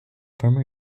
former